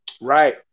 Right